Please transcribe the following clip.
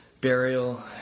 Burial